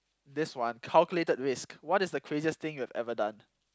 this one calculated risks what is the craziest thing you have ever done